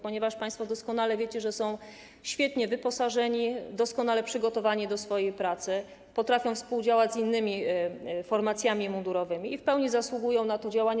Państwo doskonale wiecie, że oni są świetnie wyposażeni, doskonale przygotowani do swojej pracy, potrafią współdziałać z innymi formacjami mundurowymi i w pełni zasługują na to działanie.